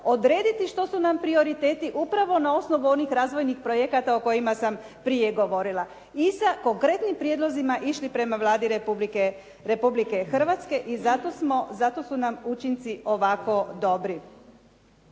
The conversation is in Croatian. odrediti što su nam prioriteti upravo na osnovu onih razvojnih projekata o kojima sam prije govorila i sa konkretnim prijedlozima išli prema Vladi Republike Hrvatske i zato su nam učinci ovako dobri.